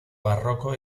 barroco